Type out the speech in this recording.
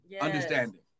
understanding